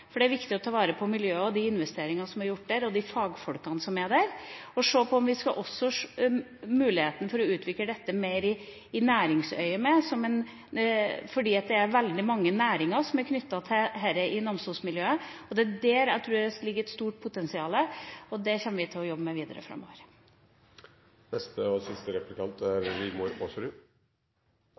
videre. Det er viktig å ta vare på miljøet og de investeringer som er gjort der, og de fagfolkene som er der, og se også på muligheten for å utvikle dette mer i næringsøyemed, fordi det er veldig mange næringer som er knyttet til dette i Namsos-miljøet. Det er der jeg tror det ligger et stort potensial, og det kommer vi til å jobbe videre med